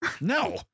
No